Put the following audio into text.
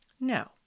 No